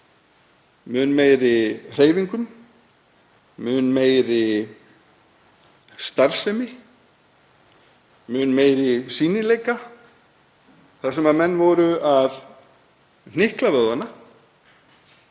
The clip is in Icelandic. mun meiri hreyfingum, mun meiri starfsemi, mun meiri sýnileika þar sem menn voru að hnykla vöðvana